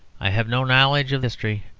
i have no knowledge of history,